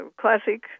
Classic